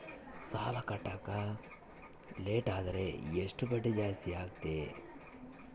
ಸಾಲ ಕಟ್ಟಾಕ ಲೇಟಾದರೆ ಎಷ್ಟು ಬಡ್ಡಿ ಜಾಸ್ತಿ ಆಗ್ತೈತಿ?